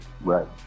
right